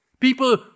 People